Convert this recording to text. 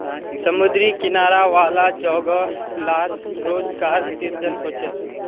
समुद्री किनारा वाला जोगो लात रोज़गार सृजन होचे